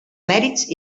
mèrits